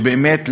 באמת,